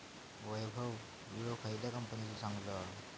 वैभव विळो खयल्या कंपनीचो चांगलो हा?